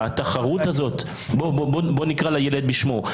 בואו נקרא לילד בשמו.